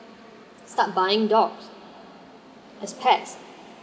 start buying dogs as pet